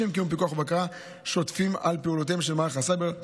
לשם קיום פיקוח ובקרה שוטפים על פעולותיהם של מערך הסייבר,